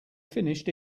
finished